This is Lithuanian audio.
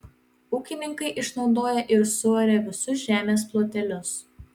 ūkininkai išnaudoja ir suaria visus žemės plotelius